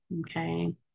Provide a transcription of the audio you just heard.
Okay